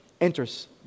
enters